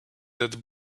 that